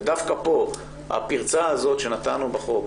ודווקא פה הפרצה הזו שנתנו בחוק,